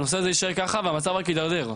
הנושא הזה יישאר ככה והמצב רק ידרדר.